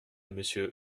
monsieur